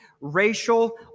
racial